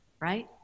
right